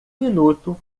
minuto